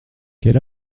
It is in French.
quel